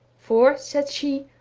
for said she,